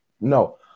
no